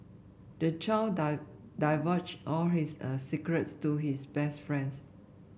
the child divulged all his a secrets to his best friend